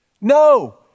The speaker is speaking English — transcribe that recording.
No